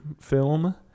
film